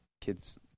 kids